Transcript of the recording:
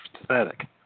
pathetic